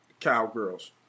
cowgirls